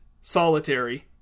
solitary